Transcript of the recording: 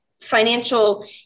financial